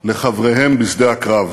חבריהם בשדה הקרב.